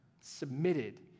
submitted